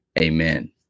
Amen